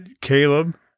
Caleb